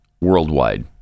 worldwide